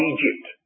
Egypt